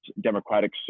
democratic